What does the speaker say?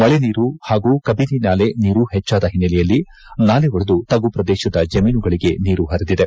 ಮಳೆ ನೀರು ಹಾಗೂ ಕಬಿನ ನಾಲೆ ನೀರು ಹೆಚ್ಚಾದ ಹಿನ್ನೆಲೆಯಲ್ಲಿ ನಾಲೆ ಒಡೆದು ತಗ್ಗು ಪ್ರದೇಶದ ಜಮೀನುಗಳಿಗೆ ನೀರು ಹರಿದಿದೆ